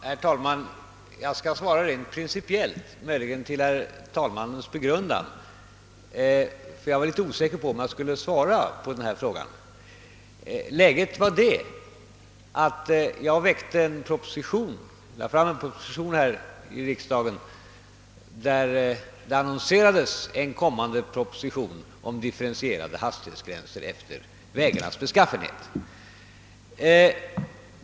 Herr talman! Jag skall svara rent principiellt, möjligen till herr talmannens begrundan. Jag har varit osäker om huruvida jag skulle svara på denna fråga eller inte. Läget är det att jag har lagt fram en proposition här i riksdagen och däri annonserat en kommande proposition om differentierade hastighetsgränser efter vägarnas beskaffenhet.